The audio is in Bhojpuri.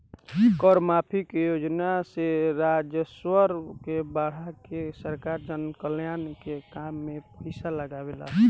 कर माफी के योजना से राजस्व के बढ़ा के सरकार जनकल्याण के काम में पईसा लागावेला